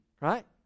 right